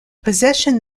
possession